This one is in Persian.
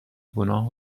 گناه